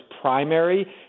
primary